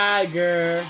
Tiger